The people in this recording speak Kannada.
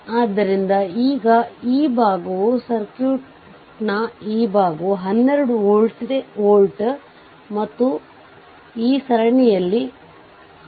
ಇದರರ್ಥ ಈ ಸರ್ಕ್ಯೂಟ್ ನ ಎಲ್ಲಾ ಸ್ವತಂತ್ರ ಮೂಲಗಳನ್ನು 0 ಗೆ ಸಮನಾಗಿ ಹೊಂದಿಸಲಾಗಿದೆ ಎಂದು ಭಾವಿಸಬೇಕು